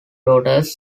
daughters